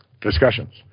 discussions